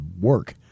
work